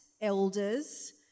elders